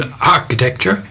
architecture